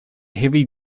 heavy